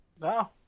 No